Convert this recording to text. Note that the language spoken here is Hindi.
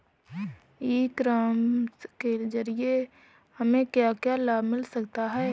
ई कॉमर्स के ज़रिए हमें क्या क्या लाभ मिल सकता है?